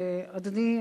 שאדוני,